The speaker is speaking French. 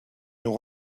nous